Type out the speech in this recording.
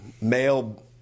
male